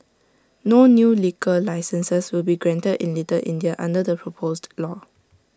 no new liquor licences will be granted in little India under the proposed law